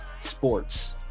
sports